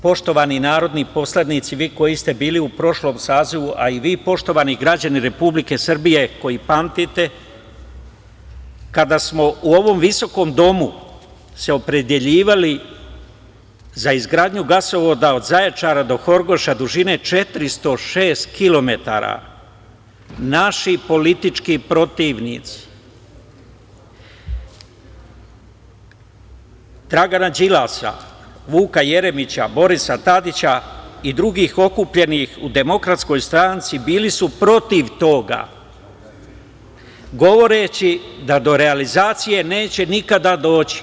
Poštovani narodni poslanici, vi koji ste bili u prošlom sazivu, a i vi poštovani građani Republike Srbije koji pamtite, kada smo u ovom visokom domu se opredeljivali za izgradnju gasovoda od Zaječara do Horgoša dužine 406 kilometara, naši politički protivnici, Dragan Đilas, Vuk Jeremić, Boris Tadić i drugih okupljenih u Demokratskoj stranci, bili su protiv toga, govoreći da do realizacije neće nikada doći.